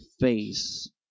face